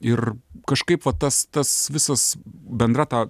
ir kažkaip va tas tas visas bendra ta